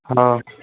हाँ